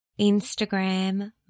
Instagram